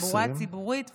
מתחבורה ציבורית וכו'.